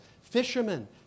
fishermen